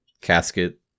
casket